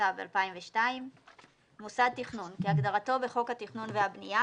התשס"ב 2002‏ ; "מוסד תכנון" כהגדרתו בחוק התכנון והבנייה,